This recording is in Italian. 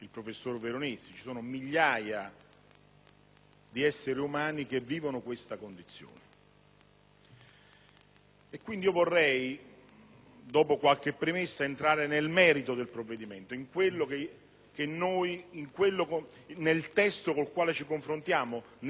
di esseri umani che vivono questa condizione. Quindi io vorrei, dopo qualche premessa, entrare nel merito del provvedimento, del testo con il quale ci confrontiamo, delle domande essenziali, sostanziali alle quali